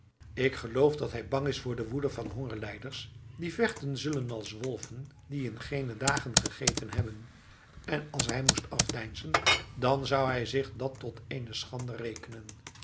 ik geloof dat hij bang is voor de woede van hongerlijders die vechten zullen als wolven die in geene dagen gegeten hebben en als hij moest afdeinzen dan zou hij zich dat tot ééne schande rekenen